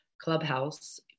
Clubhouse